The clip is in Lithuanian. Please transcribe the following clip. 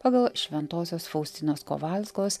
pagal šventosios faustinos kovalskos